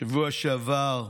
בשבוע שעבר,